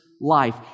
life